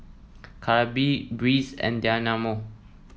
Calbee Breeze and Dynamo